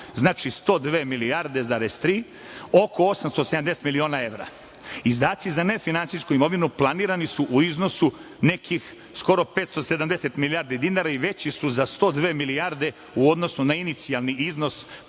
Znači, 102,3 milijarde oko 870 miliona evra. Izdaci za nefinansijsku imovinu planirani su u iznosu nekih skoro 570 milijardi dinara i veći su za 102 milijarde u odnosu na inicijalni iznos